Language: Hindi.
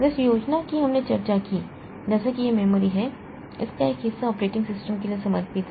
जिस योजना की हमने चर्चा की जैसे कि यह मेमोरी है इसका एक हिस्सा ऑपरेटिंग सिस्टम के लिए समर्पित है